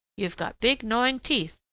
you've got big gnawing teeth,